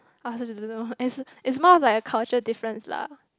I also don't know as is more of like a cultural difference lah